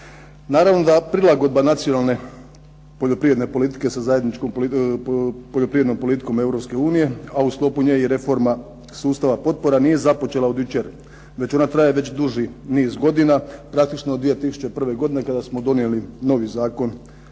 Naravno da prilagodba nacionalne poljoprivredne politike, sa zajedničkom poljoprivrednom politike Europske unije, a u sklopu nje i reforma sustava potpora, nije započela od jučer, već ona traje već duži niz godina, praktično od 2001. godine kada smo donijeli novi zakon,